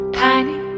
tiny